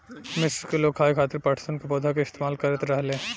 मिस्र के लोग खाये खातिर पटसन के पौधा के इस्तेमाल करत रहले